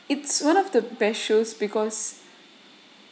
it's one of the best shows because